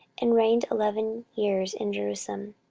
and reigned eleven years in jerusalem.